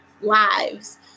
lives